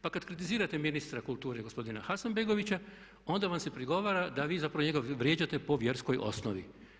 Pa kada kritizirate ministra kulture gospodina Hasanbegovića onda vam se prigovara da vi zapravo njega vrijeđate po vjerskoj osnovi.